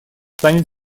станет